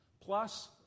plus